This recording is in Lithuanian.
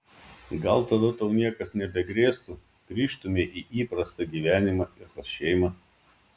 gal tada tau niekas nebegrėstų grįžtumei į įprastą gyvenimą ir pas šeimą